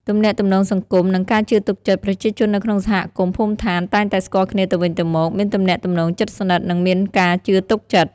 ទំនាក់ទំនងសង្គម និងការជឿទុកចិត្ត ប្រជាជននៅក្នុងសហគមន៍ភូមិឋានតែងតែស្គាល់គ្នាទៅវិញទៅមក មានទំនាក់ទំនងជិតស្និទ្ធ និងមានការជឿទុកចិត្ត។